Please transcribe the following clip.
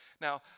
Now